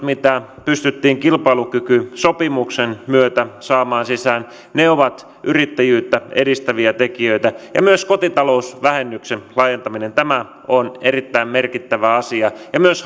mitä pystyttiin kilpailukykysopimuksen myötä saamaan sisään ovat yrittäjyyttä edistäviä tekijöitä myös kotitalousvähennyksen laajentaminen on erittäin merkittävä asia ja myös